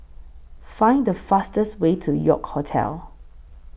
Find The fastest Way to York Hotel